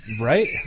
Right